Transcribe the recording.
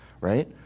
right